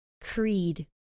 Creed